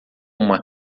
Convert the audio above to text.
uma